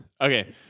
Okay